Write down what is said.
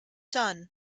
son